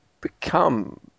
become